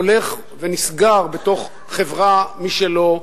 הולך ונסגר בתוך חברה משלו,